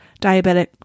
diabetic